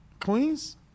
Queens